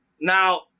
Now